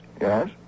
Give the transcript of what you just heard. Yes